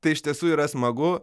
tai iš tiesų yra smagu